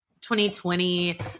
2020